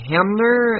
Hamner